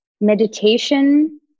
meditation